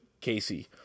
Casey